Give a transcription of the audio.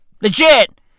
Legit